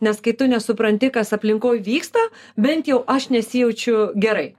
nes kai tu nesupranti kas aplinkoj vyksta bent jau aš nesijaučiu gerai